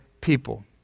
people